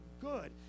good